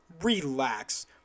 Relax